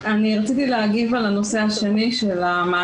רציתי להגיב על נושא המענקים,